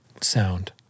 sound